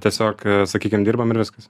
tiesiog sakykim dirbam ir viskas